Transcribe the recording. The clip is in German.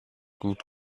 gut